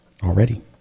already